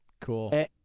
cool